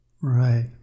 Right